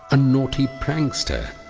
a naughty prankster,